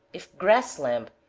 if grass lamb,